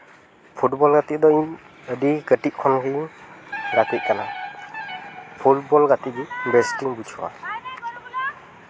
football ᱜᱟᱛᱮᱜ ᱫᱚ ᱤᱧ ᱟᱹᱰᱤ ᱠᱟᱹᱴᱤᱡ ᱠᱷᱚᱱ ᱜᱮᱧ ᱜᱟᱛᱮᱜ ᱠᱟᱱᱟ ᱯᱷᱩᱴᱵᱚᱞ ᱜᱟᱛᱮ ᱜᱮ ᱵᱮᱥᱴᱤᱧ ᱵᱩᱡᱷᱟᱹᱣᱟ